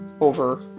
over